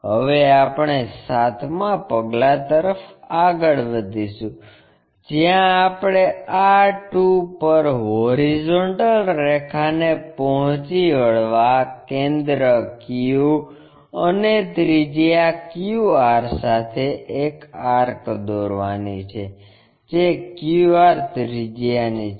હવે આપણે સાતમા પગલા તરફ આગળ વધીશું જ્યાં આપણે r2 પર હોરિઝોન્ટલ રેખાને પહોંચી વળવા કેન્દ્ર q અને ત્રિજ્યા q r સાથે એક આર્ક દોરવાની છે જે q r ત્રિજ્યાની છે